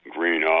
Green